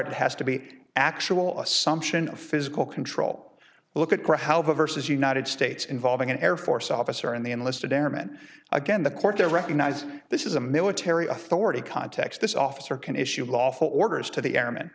required has to be actual assumption of physical control look at how the verses united states involving an air force officer and the enlisted airman again the court to recognize this is a military authority context this officer can issue lawful orders to the airman